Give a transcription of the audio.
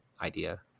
idea